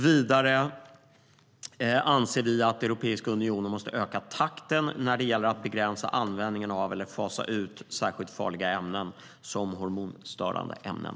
Vidare anser vi att Europeiska unionen måste öka takten när det gäller att begränsa användningen av eller fasa ut särskilt farliga ämnen, såsom hormonstörande ämnen.